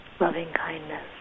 loving-kindness